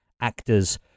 actors